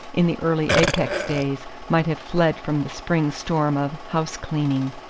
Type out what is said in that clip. in the early apex days, might have fled from the spring storm of house-cleaning.